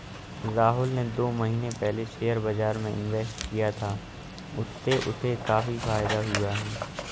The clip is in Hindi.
राहुल ने दो महीने पहले शेयर बाजार में इन्वेस्ट किया था, उससे उसे काफी फायदा हुआ है